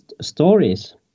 stories